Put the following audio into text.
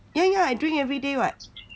ya ya I drink everyday [what]